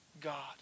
God